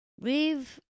Leave